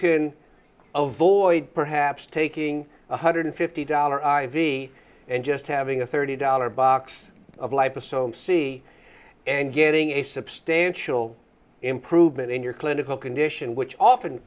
can avoid perhaps taking one hundred fifty dollar i v and just having a thirty dollar box of life or so see and getting a substantial improvement in your clinical condition which often